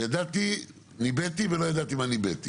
ידעתי, ניבאתי ולא ידעתי מה ניבאתי.